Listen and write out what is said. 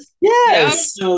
Yes